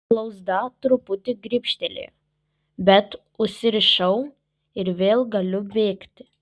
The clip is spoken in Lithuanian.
blauzdą truputį gribštelėjo bet užsirišau ir vėl galiu bėgti